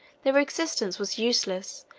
their existence was useless,